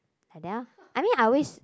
like that lor I mean I always